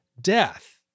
death